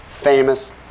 famous